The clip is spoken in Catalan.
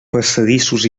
passadissos